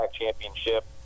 championship